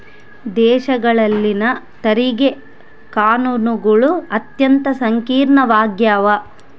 ದೇಶಗಳಲ್ಲಿನ ತೆರಿಗೆ ಕಾನೂನುಗಳು ಅತ್ಯಂತ ಸಂಕೀರ್ಣವಾಗ್ಯವ